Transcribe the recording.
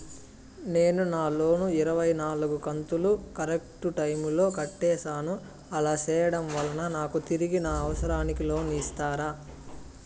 నేను నా లోను ఇరవై నాలుగు కంతులు కరెక్టు టైము లో కట్టేసాను, అలా సేయడం వలన నాకు తిరిగి నా అవసరానికి లోను ఇస్తారా?